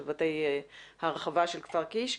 לבתי הרחבה של כפר קיש.